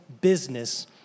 business